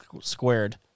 squared